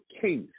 case